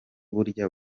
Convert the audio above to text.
burya